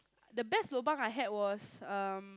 the best lobang I had was um